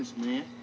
man